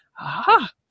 aha